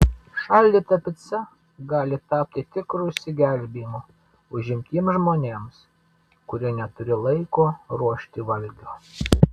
šaldyta pica gali tapti tikru išsigelbėjimu užimtiems žmonėms kurie neturi laiko ruošti valgio